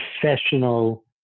professional